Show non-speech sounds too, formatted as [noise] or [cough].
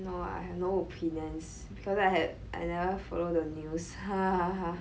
no I have no opinions because I had I never follow the news [laughs]